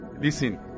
Listen